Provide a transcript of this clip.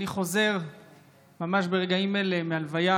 אני חוזר ממש ברגעים אלה מהלוויה